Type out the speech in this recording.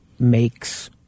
makes